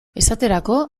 esaterako